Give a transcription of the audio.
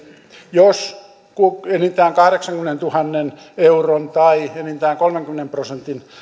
jos enintään kahdeksankymmenentuhannen euron tai enintään kolmenkymmenen prosentin